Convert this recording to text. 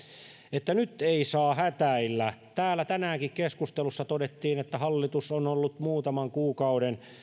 että nyt ei saa hätäillä täällä tänäänkin keskustelussa todettiin että hallitus on ollut muutaman kuukauden